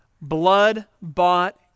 blood-bought